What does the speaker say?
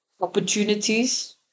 Opportunities